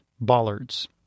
bollards